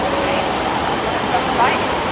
i i want to fight it.